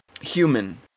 human